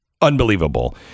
unbelievable